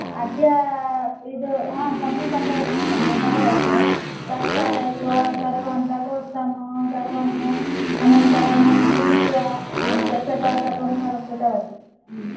अद्य इदु हा सम्यक् अबव् सम्यक् अबवत् प्रक्षालयित्वा सर्वं प्रकोश्टं सर्वमु अनन्तरमु शुचित्वा हा स्वच्चता सर्वं क् कृतवति हा